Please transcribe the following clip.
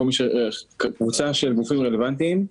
קבוצה של גופים רלוונטיים,